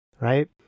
right